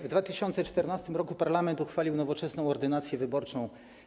W 2014 r. parlament uchwalił nowoczesną ordynację wyborczą.